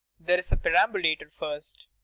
there's the per ambulator first.